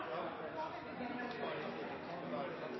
ta på alvor. Men